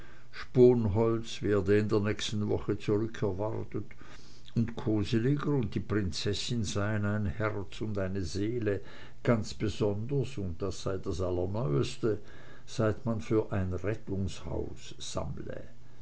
sponholz werde in der nächsten woche zurückerwartet und koseleger und die prinzessin seien ein herz und eine seele ganz besonders und das sei das allerneueste seit man für ein rettungshaus sammle